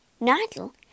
Nigel